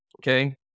Okay